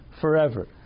forever